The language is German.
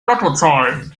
lottozahlen